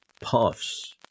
puffs